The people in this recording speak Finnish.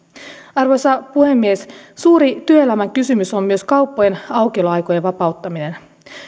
arvoisa puhemies suuri työelämän kysymys on myös kauppojen aukioloaikojen vapauttaminen